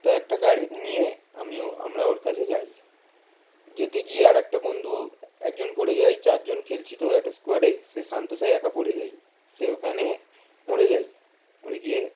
তো একটা গাড়ি নিয়ে আমিও আমরা ওর কাছে যাই যেতে গিয়ে আরেকটা বন্ধু একজন পড়ে যায় চারজন খেলছি তো একটা স্কোয়াডে শেষে সান্তোসায় একা পড়ে যাই সে ওখানে মরে যাই মরে গিয়ে